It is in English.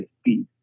speed